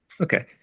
okay